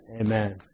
Amen